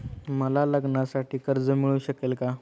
मला लग्नासाठी कर्ज मिळू शकेल का?